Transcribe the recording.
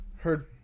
heard